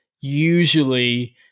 usually